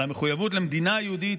על המחויבות למדינה היהודית,